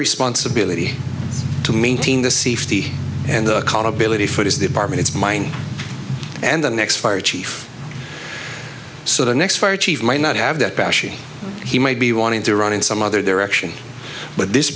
responsibility to maintain the safety and the accountability for his department it's mine and the next fire chief so the next fire chief might not have that passion he might be wanting to run in some other direction but this